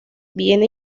viene